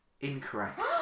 incorrect